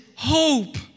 Hope